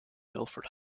milford